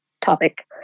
topic